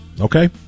Okay